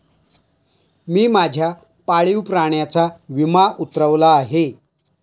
मी माझ्या पाळीव प्राण्याचा विमा उतरवला आहे